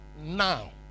now